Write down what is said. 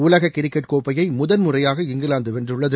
உலகக் கிரிக்கெட் கோப்பையை முதன்முறையாக இங்கிலாந்து வென்றுள்ளது